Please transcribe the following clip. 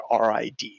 RID